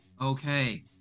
Okay